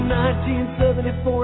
1974